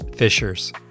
Fishers